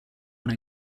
when